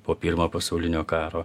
po pirmo pasaulinio karo